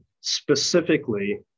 specifically